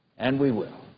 and we will.